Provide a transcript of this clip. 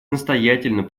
настоятельно